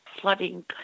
flooding